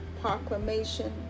proclamation